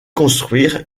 construire